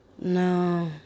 no